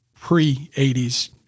pre-80s